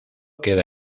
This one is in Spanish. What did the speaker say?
queda